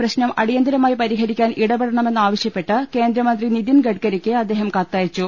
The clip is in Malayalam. പ്രശ്നം അടിയന്തരമായി പരി ഹരിക്കാൻ ഇടപെടണമെന്നാവശ്യപ്പെട്ട് കേന്ദ്രമന്ത്രി നിതിൻ ഗഡ്ക രിക്ക് അദ്ദേഹം കത്തയച്ചു